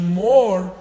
more